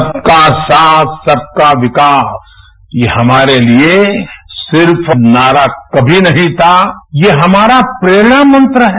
सबका साथ सबका विकास ये हमारे लिए सिर्फ नारा कभी नहीं था ये हमारा प्रेरणा मंत्र है